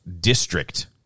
District